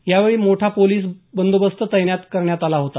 यावेळी मोठा पोलीस बंदोबस्त तैनात करण्यात आला होता